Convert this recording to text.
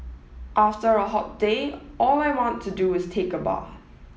after a hot day all I want to do is take a bath